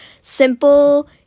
simple